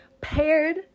paired